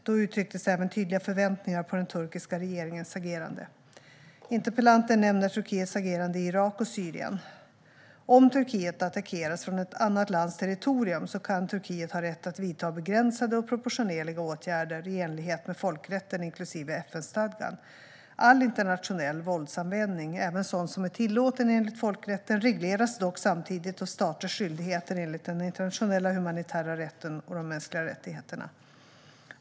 Då uttrycktes även tydliga förväntningar på den turkiska regeringens agerande. Interpellanten nämner Turkiets agerande i Irak och Syrien. Om Turkiet attackeras från ett annat lands territorium kan Turkiet ha rätt att vidta begränsade och proportionerliga åtgärder, i enlighet med folkrätten inklusive FN-stadgan. All internationell våldsanvändning - även sådan som är tillåten enligt folkrätten - regleras dock samtidigt av staters skyldigheter enligt den internationella humanitära rätten och de mänskliga rättigheterna.